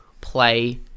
play